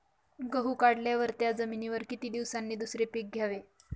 गहू काढल्यावर त्या जमिनीवर किती दिवसांनी दुसरे पीक घ्यावे?